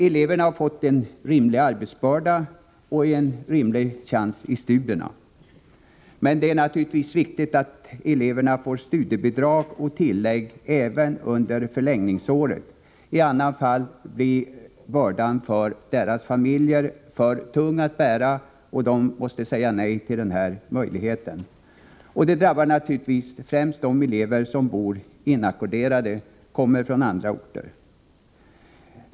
Eleverna har fått en rimlig arbetsbörda och en rimlig chans i studierna. Men det är naturligtvis viktigt att eleverna får studiebidrag och tillägg även under förlängningsåret. I annat fall blir bördan för deras familjer för tung att bära, och de måste säga nej till den här möjligheten. Detta drabbar naturligtvis främst de elever som bor inackorderade, alltså de som kommer från andra orter.